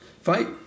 fight